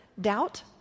doubt